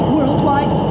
Worldwide